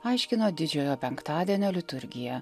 aiškino didžiojo penktadienio liturgiją